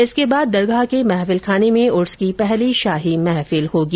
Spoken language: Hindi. इसके बाद दरगाह के महफिल खाने में उर्स की पहली शाही महफिल होंगी